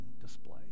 display